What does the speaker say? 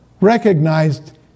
recognized